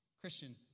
Christian